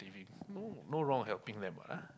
living no no wrong helping them what ah